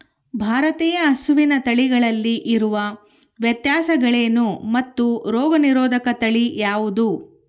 ಭಾರತೇಯ ಹಸುವಿನ ತಳಿಗಳಲ್ಲಿ ಇರುವ ವ್ಯತ್ಯಾಸಗಳೇನು ಮತ್ತು ರೋಗನಿರೋಧಕ ತಳಿ ಯಾವುದು?